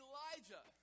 Elijah